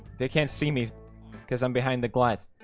they can't see me because i'm behind the glass.